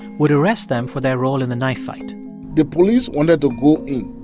would arrest them for their role in the knife fight the police wanted to go in.